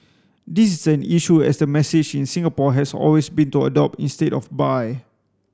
this is an issue as the message in Singapore has always been to adopt instead of buy